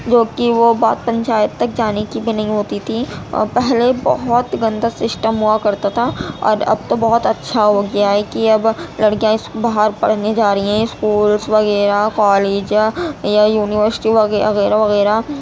جوکہ وہ بات پنچایت تک جانے کی بھی نہیں ہوتی تھی اور پہلے بہت گندہ سسٹم ہوا کرتا تھا اور اب تو بہت اچھا ہو گیا ہے کہ اب لڑکیاں اس باہر پڑھنے جا رہی ہیں اسکولس وغیرہ کالج یا یا یونیورسٹی وغیرہ وغیرہ وغیرہ